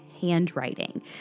handwriting